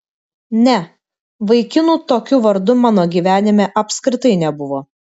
ne vaikinų tokiu vardu mano gyvenime apskritai nebuvo